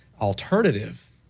alternative